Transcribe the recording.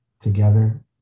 together